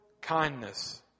kindness